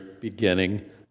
beginning